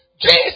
Jesus